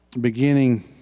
Beginning